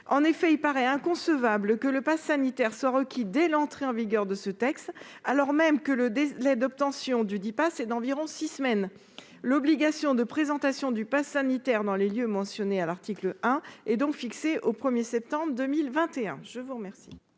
En effet, il apparaît inconcevable que le passe sanitaire soit requis dès l'entrée en vigueur de ce texte, alors même que le délai d'obtention dudit passe est d'environ six semaines. L'obligation de présentation du passe sanitaire dans les lieux mentionnés à l'article 1 doit donc être fixée au 1 septembre 2021. Les deux